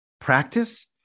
practice